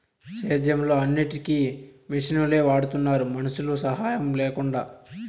సేద్యంలో అన్నిటికీ మిషనులే వాడుతున్నారు మనుషుల సాహాయం లేకుండా